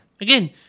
Again